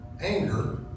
anger